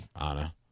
Anna